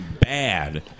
bad